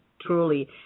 truly